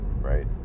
right